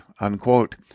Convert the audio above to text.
unquote